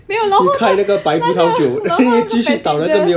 没有然后他他他然后那个 passenger